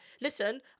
listen